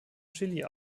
chili